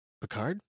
Picard